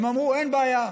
והם אמרו: אין בעיה,